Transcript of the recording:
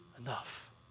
Enough